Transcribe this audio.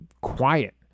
quiet